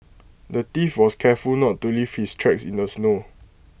the thief was careful not to leave his tracks in the snow